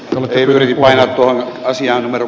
oma tyyli vaihtuu asian